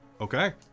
okay